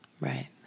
Right